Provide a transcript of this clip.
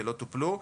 ולא טופלו,